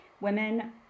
women